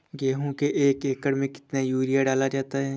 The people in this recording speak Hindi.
गेहूँ के एक एकड़ में कितना यूरिया डाला जाता है?